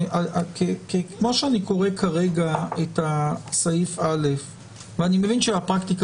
כמו שאני קורא כרגע את סעיף (א) - ואני מבין שבפרקטיקה